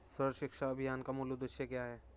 सर्व शिक्षा अभियान का मूल उद्देश्य क्या है?